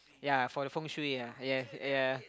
yea for the feng-shui ah yea yea